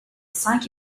cinq